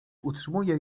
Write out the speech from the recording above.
utrzymuje